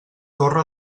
torre